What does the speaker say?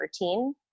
routine